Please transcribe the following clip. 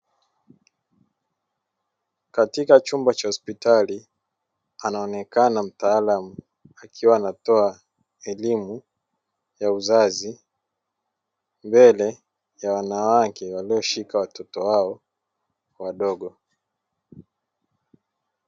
Katika chumba cha hospitali, anaonekana mtaalam akiwa anatoa elimu ya uzazi mbele ya wanawake walioshika watoto wao wadogo.